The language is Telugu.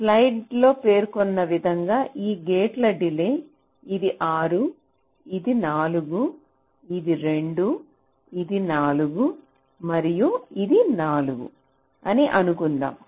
స్లైడ్లలో పేర్కొన్న విధంగా ఈ గేట్ల డిలే ఇది 6 ఇది 4 ఇది 2 ఇది 4 మరియు ఇది 4 అని అనుకుందాం